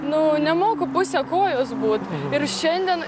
nu nemoku puse kojos būt ir šiandien